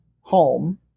home